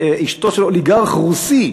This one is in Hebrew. אשתו של אוליגרך רוסי,